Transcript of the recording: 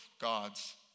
gods